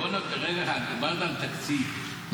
דיברת על תקציב.